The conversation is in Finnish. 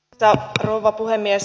arvoisa rouva puhemies